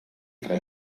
fra